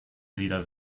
wieder